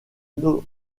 notamment